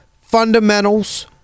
fundamentals